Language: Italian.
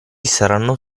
saranno